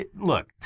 Look